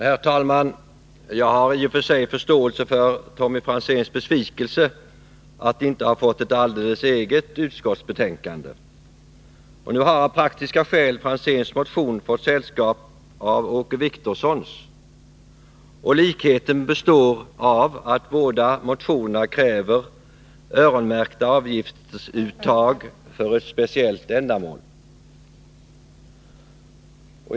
Herr talman! Jag har i och för sig förståelse för Tommy Franzéns besvikelse över att inte ha fått ett alldeles eget utskottsbetänkande. Nu har av praktiska skäl herr Franzéns motion fått sällskap av Åke Wictorssons. Likheten består i att man i båda motionerna kräver öronmärkta avgiftsuttag för ett speciellt ändamål.